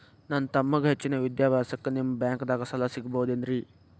ನನ್ನ ತಮ್ಮಗ ಹೆಚ್ಚಿನ ವಿದ್ಯಾಭ್ಯಾಸಕ್ಕ ನಿಮ್ಮ ಬ್ಯಾಂಕ್ ದಾಗ ಸಾಲ ಸಿಗಬಹುದೇನ್ರಿ?